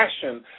passion